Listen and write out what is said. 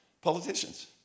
Politicians